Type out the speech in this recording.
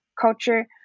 culture